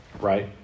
Right